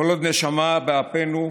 כל עוד נשמה באפנו,